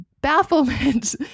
bafflement